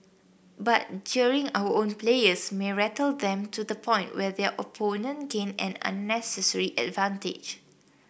but jeering our own players may rattle them to the point where their opponent gain an unnecessary advantage